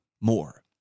more